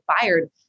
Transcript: fired